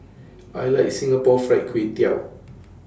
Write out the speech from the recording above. I like Singapore Fried Kway Tiao